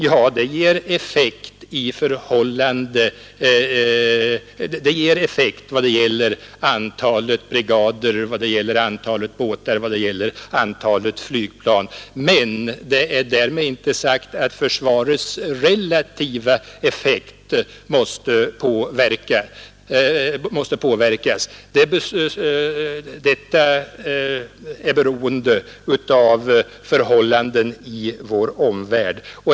Ja, det ger effekt vad gäller antalet brigader, antalet båtar, antalet flygplan osv., men det är därmed inte sagt att försvarets relativa effekt måste påverkas. Detta är beroende av förhållanden i vår omvärld.